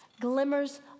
Glimmers